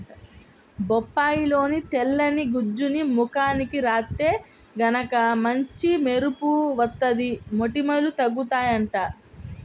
బొప్పాయిలోని తెల్లని గుజ్జుని ముఖానికి రాత్తే గనక మంచి మెరుపు వత్తది, మొటిమలూ తగ్గుతయ్యంట